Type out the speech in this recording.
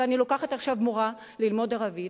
ואני לוקחת עכשיו מורה כדי ללמוד ערבית,